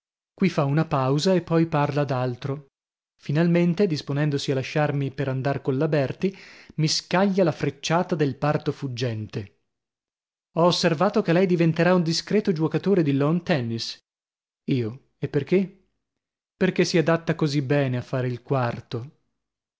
qui fa una pausa e poi parla d'altro finalmente disponendosi a lasciarmi per andar colla berti mi scaglia la frecciata del parto fuggente ho osservato che lei diventerà un discreto giuocatore di lawn tennis io e perchè perchè si adatta così bene a fare il quarto assassina